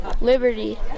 Liberty